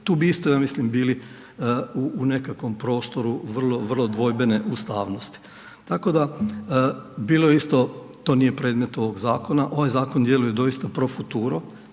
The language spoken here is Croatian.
Tu bi isto ja mislim bili u nekakvom prostoru vrlo, vrlo dvojbene ustavnosti. Tako da, bilo je isto, to nije predmet ovog zakona, ovaj zakon djeluje doista profutoro,